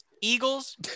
Eagles